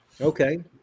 okay